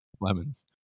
Lemons